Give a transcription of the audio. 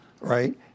right